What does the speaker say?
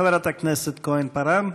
חברת הכנסת כהן-פארן.